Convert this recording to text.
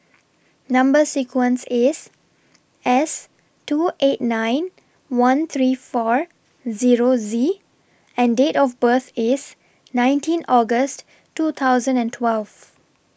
Number sequence IS S two eight nine one three four Zero Z and Date of birth IS nineteen August two thousand and twelve